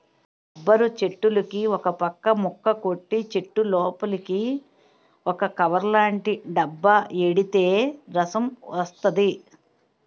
rubber చెట్టులుకి ఒకపక్క ముక్క కొట్టి చెట్టులోపలికి ఒక కవర్లాటి డబ్బా ఎడితే రసం వస్తది